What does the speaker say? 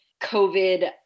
COVID